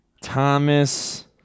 Thomas